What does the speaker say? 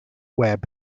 web